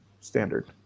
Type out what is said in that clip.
standard